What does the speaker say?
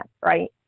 right